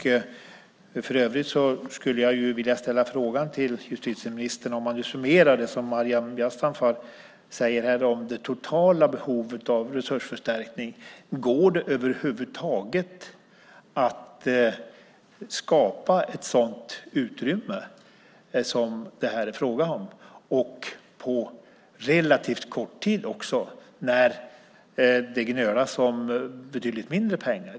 För övrigt skulle jag vilja ställa ännu en fråga till justitieministern. För att summera det som Maryam Yazdanfar säger här om det totala behovet av resursförstärkning: Går det över huvud taget att skapa ett sådant utrymme som det här är fråga om, och på så relativt kort tid? Det gnölas ju om betydligt mindre pengar.